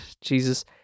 Jesus